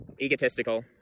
egotistical